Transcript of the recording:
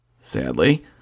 Sadly